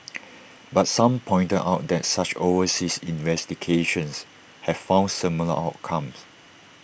but some pointed out that such overseas investigations have found similar outcomes